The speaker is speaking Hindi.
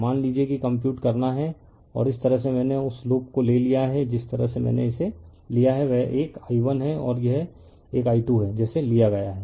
मान लीजिए कि कंप्यूट करना है और इस तरह से मैंने उस लूप को ले लिया है जिस तरह से मैंने इसे लिया है वह एक i1 है और यह एक i2 है जैसे लिया गया है